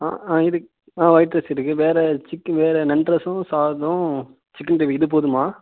ஆ இருக்கு ஆ white rice இருக்குது வேறு சிக்கன் நண்டு ரசம் சாதம் சிக்கன் கிரேவி இது போதுமா